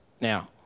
Now